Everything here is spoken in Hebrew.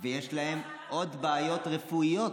ויש להם עוד בעיות רפואיות.